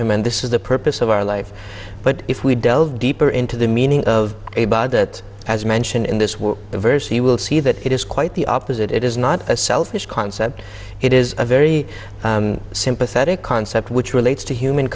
him and this is the purpose of our life but if we delve deeper into the meaning of a bar that has mention in this work the verse he will see that it is quite the opposite it is not a selfish concept it is a very sympathetic concept which relates to human